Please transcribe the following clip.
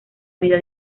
vida